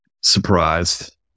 surprised